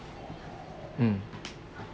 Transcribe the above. mm